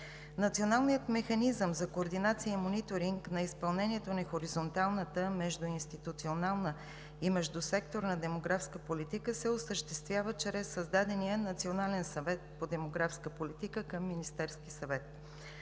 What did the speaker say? Националният механизъм за координация и мониторинг на изпълнението на хоризонталната, междуинституционална и междусекторна демографска политика се осъществява чрез създадения Национален съвет по демографска политика към Министерския съвет.